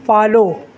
follow